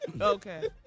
Okay